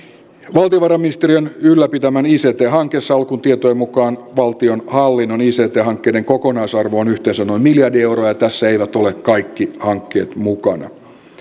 valtiovarainministeriön ylläpitämän ict hankesalkun tietojen mukaan valtionhallinnon ict hankkeiden kokonaisarvo on yhteensä noin miljardi euroa ja tässä eivät ole kaikki hankkeet mukana